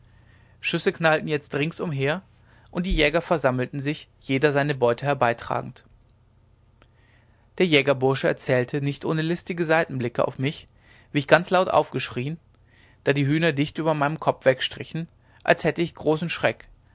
schüsse knallten jetzt ringsumher und die jäger versammelten sich jeder seine beute herbeitragend der jägerbursche erzählte nicht ohne listige seitenblicke auf mich wie ich ganz laut aufgeschrien da die hühner dicht über meinem kopf weggestrichen als hätte ich großen schreck